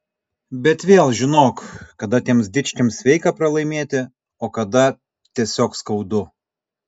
bet vėl žinok kada tiems dičkiams sveika pralaimėti o kada tiesiog skaudu